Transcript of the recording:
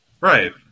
right